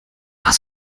das